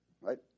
Right